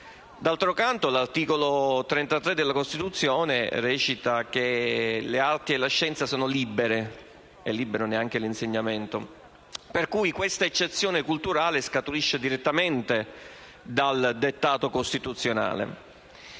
D'altronde, l'articolo 33 della Costituzione recita che le arti e la scienza sono libere e libero ne è anche l'insegnamento. Pertanto, questa eccezione culturale scaturisce direttamente dal dettato costituzionale.